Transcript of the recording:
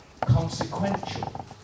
consequential